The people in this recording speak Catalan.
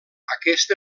aquest